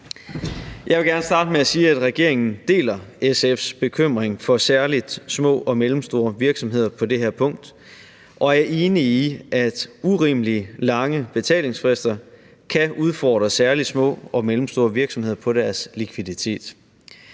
Jeg vil gerne sige, at regeringen deler SF's bekymring for særlig små og mellemstore virksomheder på det her punkt og er enig i, at urimelig lange betalingsfrister kan udfordre særlig små og mellemstore virksomheder på deres likviditet.